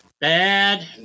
Bad